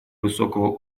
высокого